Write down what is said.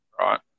right